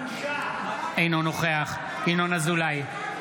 אינו נוכח ינון אזולאי,